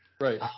Right